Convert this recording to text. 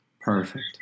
Perfect